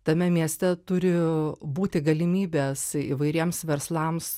tame mieste turi būti galimybės įvairiems verslams